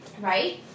right